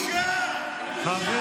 מרוקאית, חצי טורקייה, תספר מה שאתה רוצה.